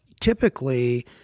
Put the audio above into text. typically